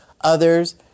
others